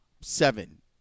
seven